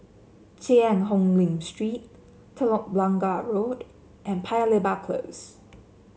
Cheang Hong Lim Street Telok Blangah Road and Paya Lebar Close